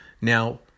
Now